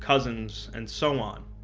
cousins, and so on.